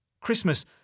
Christmas